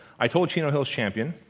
i told chino hills champion,